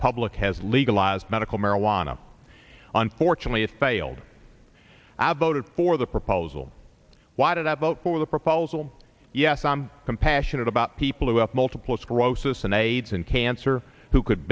public has legalized medical marijuana on fortunately it failed i voted for the proposal why did i vote for the proposal yes i'm compassionate about people who have multiple sclerosis and aids and cancer who could